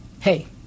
hey